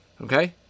Okay